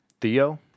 Theo